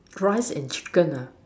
fries and chicken ah